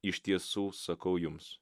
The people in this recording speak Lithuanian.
iš tiesų sakau jums